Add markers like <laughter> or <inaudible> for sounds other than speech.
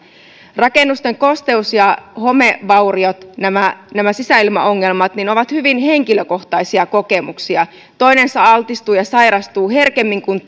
rakennusten kosteus ja homevauriot nämä nämä sisäilmaongelmat ovat hyvin henkilökohtaisia kokemuksia toinen altistuu ja sairastuu herkemmin kuin <unintelligible>